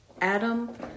Adam